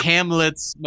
Hamlet's